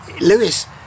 Lewis